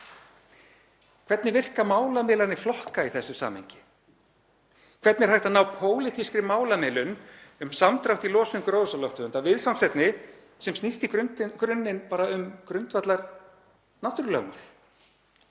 Hvernig virka málamiðlanir á milli flokka í því samhengi? Hvernig er hægt að ná pólitískri málamiðlun um samdrátt í losun gróðurhúsalofttegunda, viðfangsefni sem snýst í grunninn bara um grundvallarnáttúrulögmál?